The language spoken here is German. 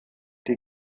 die